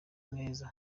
neza